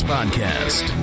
Podcast